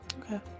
Okay